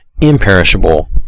imperishable